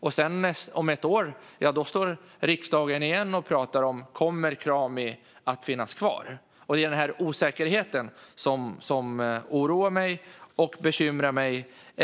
I så fall står vi här igen om ett år och pratar om huruvida Krami kommer att finnas kvar. Denna osäkerhet oroar och bekymrar mig.